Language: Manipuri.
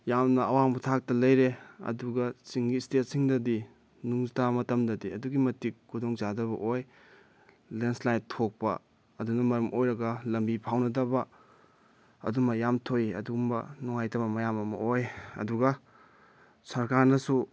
ꯌꯥꯝꯅ ꯑꯋꯥꯡꯕ ꯊꯥꯛꯇ ꯂꯩꯔꯦ ꯑꯗꯨꯒ ꯆꯤꯡꯒꯤ ꯏꯁꯇꯦꯠꯁꯤꯡꯗꯗꯤ ꯅꯣꯡꯖꯨ ꯊꯥ ꯃꯇꯝꯗꯗꯤ ꯑꯗꯨꯛꯀꯤꯃꯇꯤꯛ ꯈꯨꯗꯣꯡ ꯆꯥꯗꯕ ꯑꯣꯏ ꯂꯦꯟꯁ꯭ꯂꯥꯏꯠ ꯊꯣꯛꯄ ꯑꯗꯨꯅ ꯃꯔꯝ ꯑꯣꯏꯔꯒ ꯂꯝꯕꯤ ꯐꯥꯎꯅꯗꯕ ꯑꯗꯨꯝꯕ ꯃꯌꯥꯝ ꯊꯣꯛꯏ ꯑꯗꯨꯒꯨꯝꯕ ꯅꯨꯡꯉꯥꯏꯇꯕ ꯃꯌꯥꯝ ꯑꯃ ꯑꯣꯏ ꯑꯗꯨꯒ ꯁꯔꯀꯥꯔꯅꯁꯨ